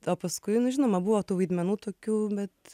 o paskui nu žinoma buvo tų vaidmenų tokių bet